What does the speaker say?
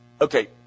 Okay